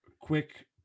Quick